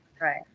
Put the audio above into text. right